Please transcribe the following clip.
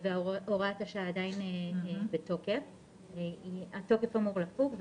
הוראת השעה עדיין בתוקף, התוקף אמור לפוג.